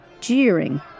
jeering